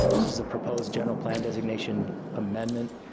this is the proposed general plan designation amendment.